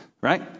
right